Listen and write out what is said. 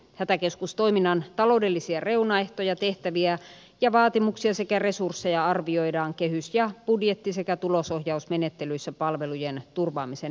hätäkeskustoiminnan taloudellisia reunaehtoja tehtäviä ja vaatimuksia sekä resursseja arvioidaan kehys ja budjetti sekä tulosohjausmenettelyissä palvelujen turvaamisen näkökulmasta